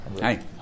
Hi